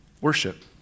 worship